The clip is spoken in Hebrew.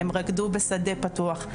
הם רקדו בשדה פתוח,